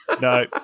No